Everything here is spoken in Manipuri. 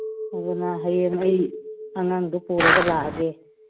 ꯑꯗꯨꯅ ꯍꯌꯦꯡ ꯑꯩ ꯑꯉꯥꯡꯗꯨ ꯄꯨꯔꯒ ꯂꯥꯛꯑꯒꯦ